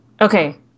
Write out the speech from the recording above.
Okay